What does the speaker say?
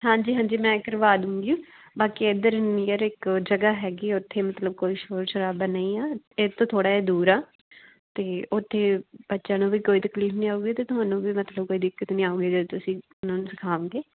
ਹਾਂਜੀ ਹਾਂਜੀ ਮੈਂ ਕਰਵਾ ਦੂੰਗੀ ਬਾਕੀ ਇੱਧਰ ਨੀਅਰ ਇੱਕ ਜਗ੍ਹਾ ਹੈਗੀ ਉੱਥੇ ਮਤਲਬ ਕੁਛ ਸ਼ੋਰ ਸ਼ਰਾਬਾ ਨਹੀਂ ਆ ਇਹ ਤੋਂ ਥੋੜ੍ਹਾ ਜਿਹਾ ਦੂਰ ਆ ਅਤੇ ਉੱਥੇ ਬੱਚਿਆਂ ਨੂੰ ਵੀ ਕੋਈ ਤਕਲੀਫ ਨਹੀਂ ਆਉਗੀ ਅਤੇ ਤੁਹਾਨੂੰ ਵੀ ਮਤਲਬ ਕੋਈ ਦਿੱਕਤ ਨਹੀਂ ਆਉਂਗੀ ਜੇ ਤੁਸੀਂ ਉਹਨਾਂ ਨੂੰ ਸਿਖਾਂਗੇ